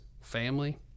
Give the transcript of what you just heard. family